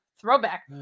throwback